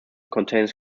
contains